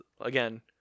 again